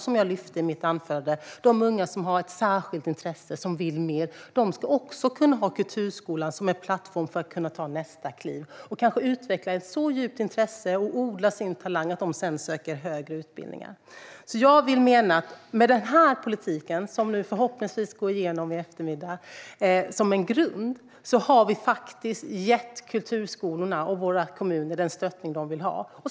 Som jag tog upp i mitt anförande: De unga som har ett särskilt intresse och som vill mer ska också kunna ha kulturskolan som en plattform för att kunna ta nästa kliv och kanske odla sin talang och utveckla ett så djupt intresse att de sedan söker högre utbildningar. Med den här politiken, som förhoppningsvis går igenom i eftermiddag, som en grund ger vi faktiskt kulturskolorna och våra kommuner den stöttning som de vill ha.